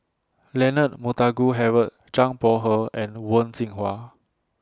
Leonard Montague Harrod Zhang Bohe and Wen Jinhua